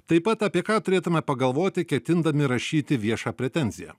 taip pat apie ką turėtumėm pagalvoti ketindami rašyti viešą pretenziją